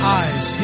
eyes